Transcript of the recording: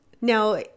Now